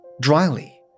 Dryly